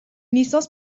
licence